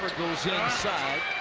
goes inside.